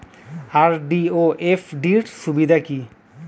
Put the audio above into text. RD ও FD র সুবিধা কি?